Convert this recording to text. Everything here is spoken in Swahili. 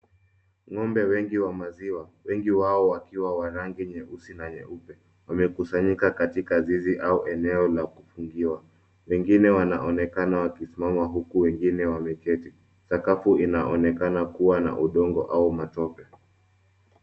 Ng'ombe wengi wa maziwa, wengi wao wakiwa wa rangi nyeusi na nyeupe wamekusanyika katika zizi au eneo la kufungiwa. Wengine wanaonekana wakisimama huku wengine wameketi. Sakafu inaonekana kuwa na udongo au matope.